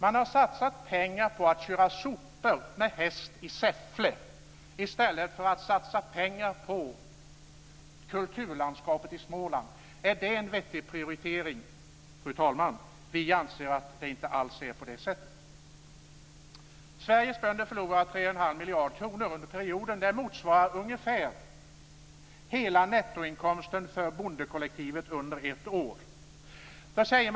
Man har satsat pengar på att köra sopor med häst i Säffle i stället för att satsa pengar på kulturlandskapet i Småland. Är det en vettig prioritering? Vi anser, fru talman, att det inte alls är så. Sveriges bönder förlorar 3 1⁄2 miljarder kronor under perioden. Det motsvarar ungefär hela nettoinkomsten för bondekollektivet under ett år.